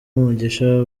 umugisha